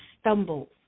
stumbles